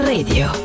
Radio